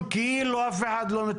הוא בכלל לא הגיע